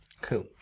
Cool